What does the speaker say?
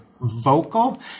vocal